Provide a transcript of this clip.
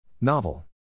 Novel